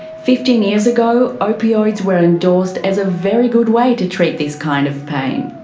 fifteen years ago, opioids were endorsed as a very good way to treat this kind of pain.